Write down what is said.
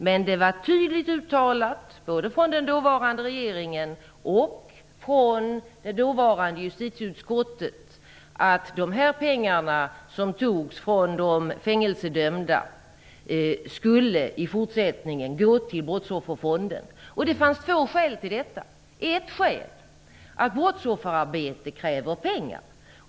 Men det var tydligt uttalat, både från den dåvarande regeringen och från det dåvarande justitieutskottet, att de pengar som togs från de fängelsedömda i fortsättningen skulle gå till Brottsofferfonden. Det fanns två skäl till detta. Ett skäl var att brottsofferarbete kräver pengar.